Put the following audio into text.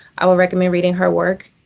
i would recommend reading her work.